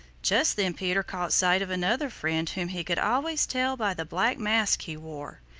just then peter caught sight of another friend whom he could always tell by the black mask he wore.